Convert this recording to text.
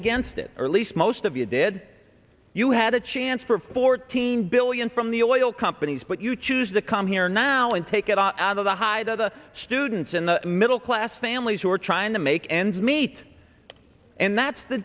against it or at least most of you did you had a chance for fourteen billion from the oil companies but you choose to come here now and take it out of the high that the students in the middle class families who are trying to make ends meet and that's the